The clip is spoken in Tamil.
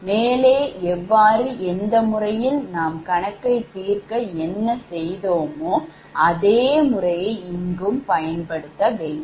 மேலே எவ்வாறு எந்த முறையில் நாம் கணக்கை தீர்க்க என்ன செய்தோமோ அதே முறையை இங்கும் பின்பற்ற வேண்டும்